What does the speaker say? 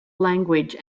language